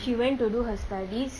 she went to do her studies